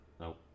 no